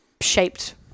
shaped